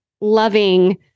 loving